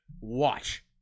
Watch